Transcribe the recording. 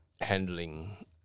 handling